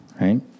Right